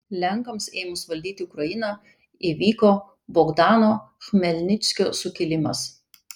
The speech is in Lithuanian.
lenkams ėmus valdyti ukrainą įvyko bogdano chmelnickio sukilimas